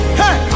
hey